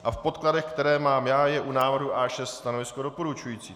V podkladech, které mám já, je u návrhu A6 stanovisko doporučující.